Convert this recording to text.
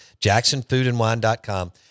jacksonfoodandwine.com